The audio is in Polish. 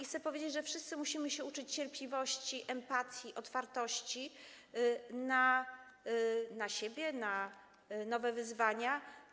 Chcę powiedzieć, że wszyscy musimy się uczyć cierpliwości, empatii, otwartości na siebie, na nowe wyzwania.